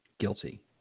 guilty